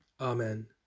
Amen